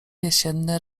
jesienne